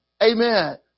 Amen